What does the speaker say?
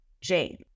Jane